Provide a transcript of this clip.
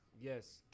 yes